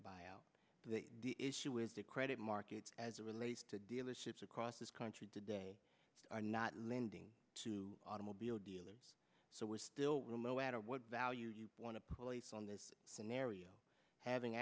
by the issue is the credit markets as it relates to dealerships across this country today are not lending to automobile dealers so we're still well no matter what value you want to place on this scenario having